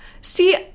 see